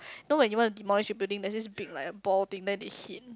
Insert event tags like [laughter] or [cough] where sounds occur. [breath] know when you wanna demolish a building there's this big like a ball thing then they hit